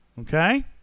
Okay